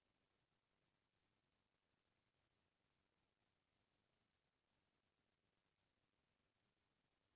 मनसे ह कोनो भी जघा ले कतको जिनिस बर लोन ले सकत हावय